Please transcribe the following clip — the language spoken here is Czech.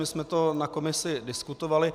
My jsme to na komisi diskutovali.